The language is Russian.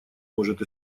может